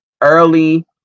early